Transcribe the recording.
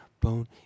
bone